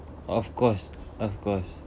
of course of course